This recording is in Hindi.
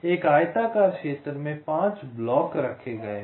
एक आयताकार क्षेत्र में 5 ब्लॉक रखे गए हैं